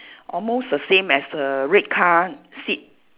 almost the same as the red car seat